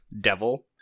devil